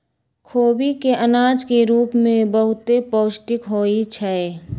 खोबि के अनाज के रूप में बहुते पौष्टिक होइ छइ